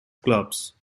clubs